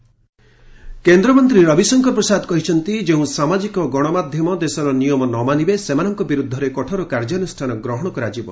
ରବିଶଙ୍କର ପ୍ରସାଦ କେନ୍ଦ୍ର ମନ୍ତ୍ରୀ ରବିଶଙ୍କର ପ୍ରସାଦ କହିଛନ୍ତି ଯେଉଁ ସାମାଜିକ ଗଣମାଧ୍ୟମ ଦେଶର ନିୟମ ନ ମାନିବେ ସେମାନଙ୍କ ବିରୁଦ୍ଧରେ କଠୋର କାର୍ଯ୍ୟାନୁଷ୍ଠାନ ଗ୍ରହଣ କରାଯିବ